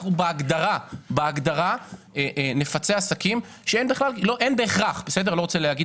אנחנו בהגדרה נפצה עסקים שאין בהכרח לא רוצה להגיד